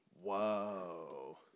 Whoa